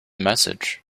message